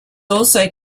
also